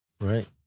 Right